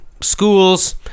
schools